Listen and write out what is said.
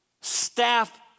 staff